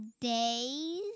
days